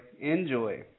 Enjoy